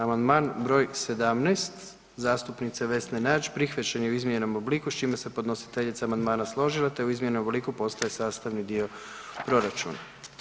Amandman br. 17 zastupnice Vesne Nađ prihvaćen je u izmijenjenom obliku s čime se podnositeljica amandmana složila te u izmijenjenom obliku postaje sastavni dio proračuna.